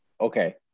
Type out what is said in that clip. okay